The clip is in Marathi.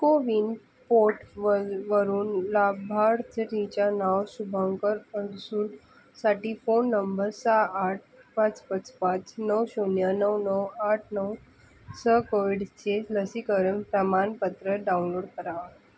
को विन पोर्ट वरून लाभार्थीच्या नाव शुभंकर अडसूळ साठी फोन नंबर सहा आठ पाच पाच पाच नऊ शून्य नऊ नऊ आठ नऊ सह कोविडचे लसीकरण प्रमाणपत्र डाउनलोड करा